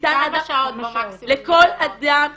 שניתן -- כמה שעות במקסימום -- לכל אדם